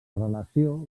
relació